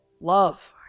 love